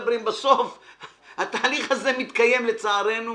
התהליך הזה מתקיים לצערנו